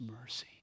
mercy